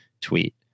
tweet